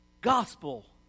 gospel